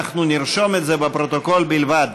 אנחנו נרשום את זה בפרוטוקול בלבד.